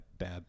Bad